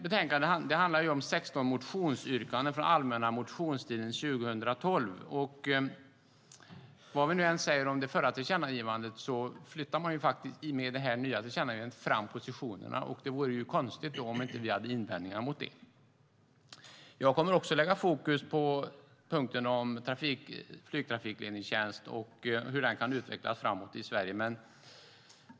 Betänkandet behandlar 16 motionsyrkanden från allmänna motionstiden 2012. Vad vi än säger om det förra tillkännagivandet flyttar man med det här nya tillkännagivandet fram positionerna. Det vore konstigt om vi inte hade invändningar mot det. Jag kommer också att lägga fokus på punkten som behandlar flygtrafikledningstjänst och hur den tjänsten kan utvecklas framåt i Sverige.